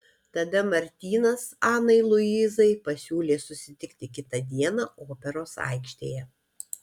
tada martynas anai luizai pasiūlė susitikti kitą dieną operos aikštėje